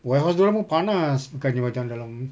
warehouse dia orang pun panas bukannya macam dalam